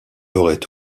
aurait